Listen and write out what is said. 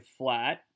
flat